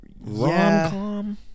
rom-com